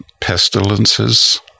pestilences